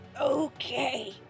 okay